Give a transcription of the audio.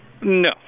No